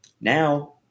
Now